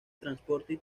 transportes